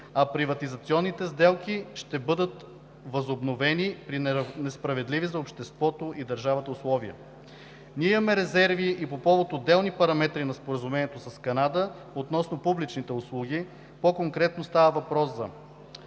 а приватизационните сделки ще бъдат възобновени при несправедливи за обществото и държавата условия. Ние имаме резерви и по повод отделни параметри на Споразумението с Канада относно публичните услуги, по-конкретно става въпрос за